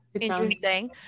Interesting